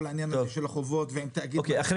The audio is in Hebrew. חבר